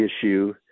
issue